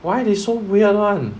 why they so weird [one]